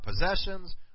possessions